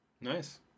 nice